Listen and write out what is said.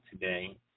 today